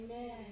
Amen